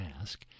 ask